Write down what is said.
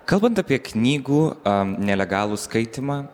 kalbant apie knygų a nelegalų skaitymą